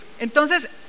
Entonces